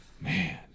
Man